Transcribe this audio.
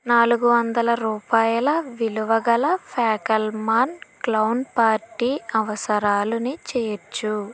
నాలుగు వందల రూపాయల విలువ గల ఫ్యాకల్మాన్ క్లౌన్ పార్టీ అవసరాలని చేర్చు